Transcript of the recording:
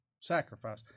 sacrifice